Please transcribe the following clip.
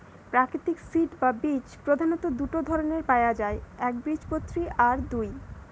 প্রাকৃতিক সিড বা বীজ প্রধাণত দুটো ধরণের পায়া যায় একবীজপত্রী আর দুই